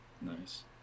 Nice